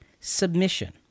submission